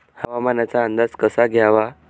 हवामानाचा अंदाज कसा घ्यावा?